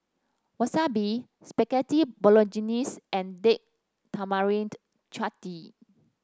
Wasabi Spaghetti Bolognese and Date Tamarind Chutney